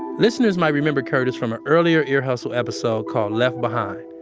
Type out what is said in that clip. listeners might remember curtis from an earlier ear hustle episode called left behind.